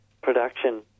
production